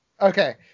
Okay